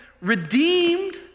redeemed